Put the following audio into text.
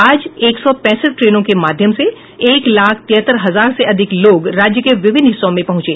आज एक सौ पैंसठ ट्रेनों के माध्यम से एक लाख तिहत्तर हजार से अधिक लोग राज्य के विभिन्न हिस्सों में पहुंचे